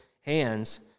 hands